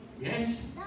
Yes